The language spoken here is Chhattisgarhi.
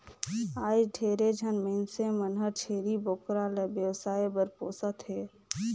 आयज ढेरे झन मइनसे मन हर छेरी बोकरा ल बेवसाय बर पोसत हें